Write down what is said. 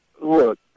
Look